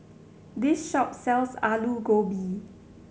this shop sells Aloo Gobi